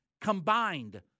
combined